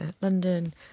London